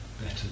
better